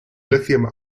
lithium